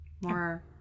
more